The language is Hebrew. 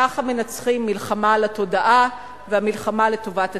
ככה מנצחים במלחמה על התודעה ובמלחמה לטובת הציונות.